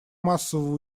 массового